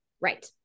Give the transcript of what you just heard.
Right